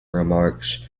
remarks